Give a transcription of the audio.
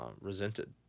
resented